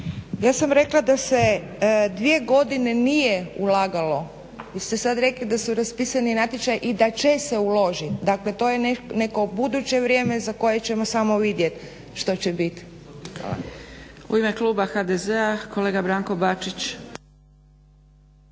Ja sam rekla da se dvije godine nije ulagalo, vi ste sad rekli da su raspisani natječaji i da će se uložiti, dakle to je neko buduće vrijeme za koje ćemo samo vidjet što će bit. Hvala. **Zgrebec, Dragica